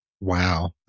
Wow